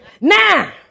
Now